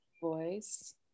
voice